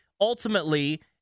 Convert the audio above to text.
ultimately